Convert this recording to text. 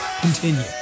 continue